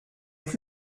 plus